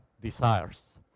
desires